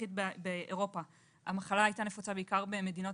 הנוכחית באירופה המחלה הייתה נפוצה בעיקר במדינות